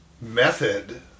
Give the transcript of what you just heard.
method